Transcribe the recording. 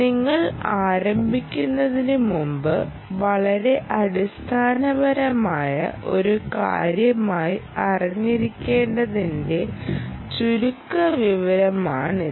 നിങ്ങൾ ആരംഭിക്കുന്നതിനുമുമ്പ് വളരെ അടിസ്ഥാനപരമായ ഒരു കാര്യമായി അറിഞ്ഞിരിക്കേണ്ടതിന്റെ ചുരുക്കവിവരണമാണിത്